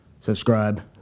Subscribe